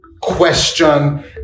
question